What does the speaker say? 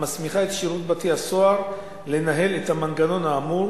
המסמיכה את שירות בתי-הסוהר לנהל את המנגנון האמור,